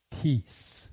peace